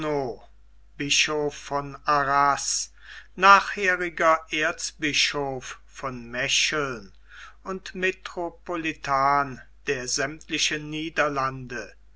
bischof von arras nachheriger erzbischof von mecheln und metropolitan der sämmtlichen niederlande